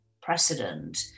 precedent